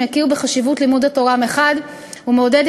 שמכיר בחשיבות לימוד התורה מחד גיסא ומעודד